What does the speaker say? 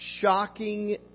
shocking